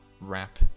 wrap